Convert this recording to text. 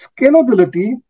scalability